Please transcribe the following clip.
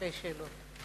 שתי שאלות.